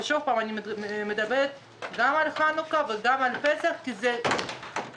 אני מדברת גם על חנוכה וגם על פסח כי לקחו